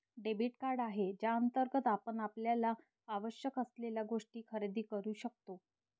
debit card आहे ज्याअंतर्गत आपण आपल्याला आवश्यक असलेल्या गोष्टी खरेदी करू शकतो